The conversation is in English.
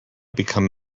become